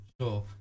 sure